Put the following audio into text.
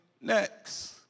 next